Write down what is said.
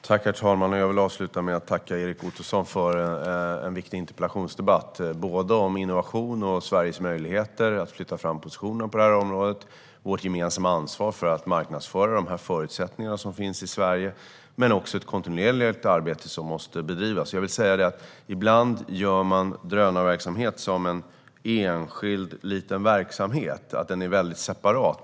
Herr talman! Jag vill avsluta med att tacka Erik Ottoson för en viktig interpellationsdebatt om innovation, om Sveriges möjligheter att flytta fram positionerna på det här området och om vårt gemensamma ansvar för att marknadsföra de förutsättningar som finns i Sverige. Det är ett arbete som måste bedrivas kontinuerligt. Ibland ser man drönarverksamhet som en enskild liten verksamhet och att den är separat.